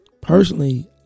Personally